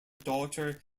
daughter